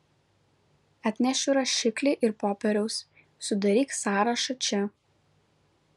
atnešiu rašiklį ir popieriaus sudaryk sąrašą čia